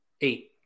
Eight